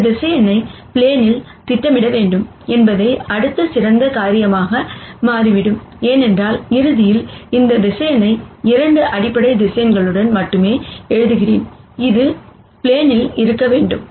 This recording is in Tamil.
இந்த வெக்டார் ப்ளேனில் திட்டமிட வேண்டும் என்பதே அடுத்த சிறந்த காரியமாக மாறிவிடும் ஏனென்றால் இறுதியில் இந்த வெக்டார் இந்த 2 அடிப்படை வெக்டார்களுடன் மட்டுமே எழுதுகிறேன் அது ப்ளேனில் இருக்க வேண்டும்